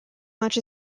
much